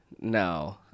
No